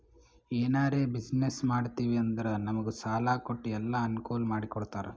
ಎನಾರೇ ಬಿಸಿನ್ನೆಸ್ ಮಾಡ್ತಿವಿ ಅಂದುರ್ ನಮುಗ್ ಸಾಲಾ ಕೊಟ್ಟು ಎಲ್ಲಾ ಅನ್ಕೂಲ್ ಮಾಡಿ ಕೊಡ್ತಾರ್